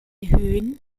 höhen